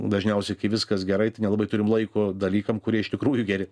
dažniausiai kai viskas gerai tai nelabai turim laiko dalykam kurie iš tikrųjų geri